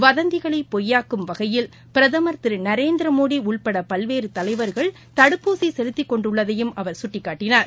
வதந்திகளைபொய்யாக்கும் வகையில் பிரதமர் திருநரேந்திரமோடிஉள்படபல்வேறுகலைவர்கள் தடுப்பூசிசெலுத்திக் கொண்டுள்ளதையும் அவர் சுட்டிக் காட்டினார்